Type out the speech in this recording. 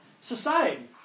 society